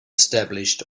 established